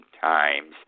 times